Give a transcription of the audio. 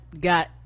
got